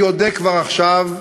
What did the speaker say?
אני אודה כבר עכשיו,